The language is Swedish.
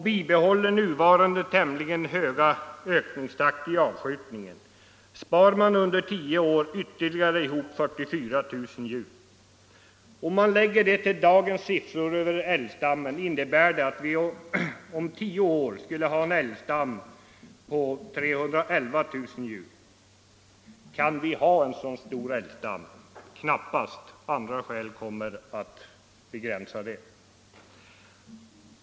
Bibehåller man nuvarande tämligen höga ökningstakt i avskjut ningen, spar man under tio år ytterligare ihop 44 000 djur. Om man lägger det till dagens siffror över älgstammen innebär det att vi om 10 år skulle ha en älgstam om 311 000 djur. Kan vi ha en så stor älgstam? Knappast — andra faktorer kommer att begränsa dess storlek.